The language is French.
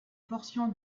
portion